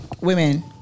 Women